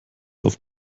auf